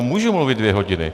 No, můžu mluvit dvě hodiny.